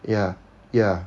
ya ya